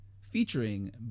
featuring